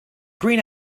green